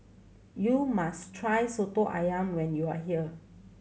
you must try Soto Ayam when you are here